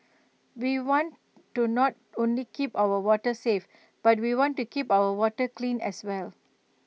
we want to not only keep our waters safe but we want to keep our water clean as well